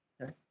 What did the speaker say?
Okay